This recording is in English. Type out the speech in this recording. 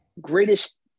greatest